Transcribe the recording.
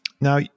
Now